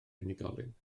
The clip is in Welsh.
unigolyn